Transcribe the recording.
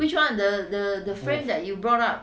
which [one] the the frame that you brought up show me that they are